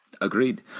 Agreed